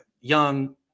young